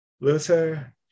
Luther